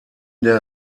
der